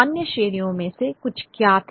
अन्य श्रेणियों में से कुछ क्या थे